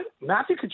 Matthew